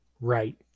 Right